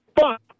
Fuck